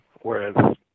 Whereas